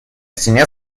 стене